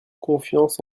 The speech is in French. confiance